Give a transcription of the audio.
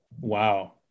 Wow